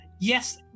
Yes